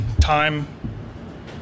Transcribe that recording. time